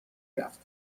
رفت